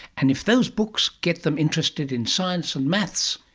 and if those books get them interested in science and maths,